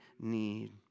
need